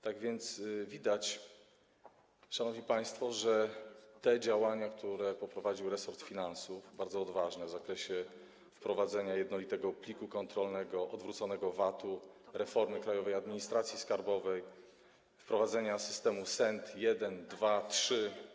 Tak więc widać, szanowni państwo, że działania, które przeprowadził resort finansów, bardzo odważne, w zakresie wprowadzenia jednolitego pliku kontrolnego, odwróconego VAT-u, reformy Krajowej Administracji Skarbowej, wprowadzenia systemu SENT, jeden, dwa, trzy.